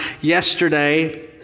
yesterday